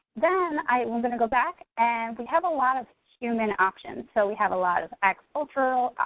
then i. we're gonna go back and we have a lot of human options, so we have a lot of agricultural,